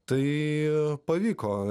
tai pavyko